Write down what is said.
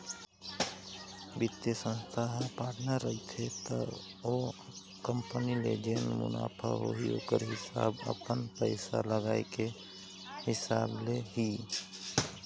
बित्तीय संस्था ह पार्टनर रहिथे त ओ कंपनी ले जेन मुनाफा होही ओखर हिस्सा अपन पइसा लगाए के हिसाब ले लिही